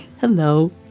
Hello